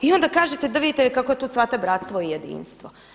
I onda kažete da vidite kako tu cvate bratstvo i jedinstvo.